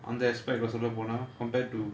அந்த:antha aspect lah சொல்ல போனா:solla ponaa compared to